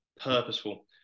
purposeful